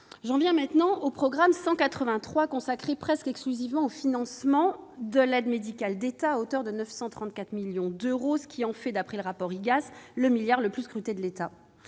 J'en viens maintenant au programme 183, consacré presque exclusivement au financement de l'aide médicale de l'État, à hauteur de 934 millions d'euros, ce qui en fait, d'après le rapport conjoint de l'Inspection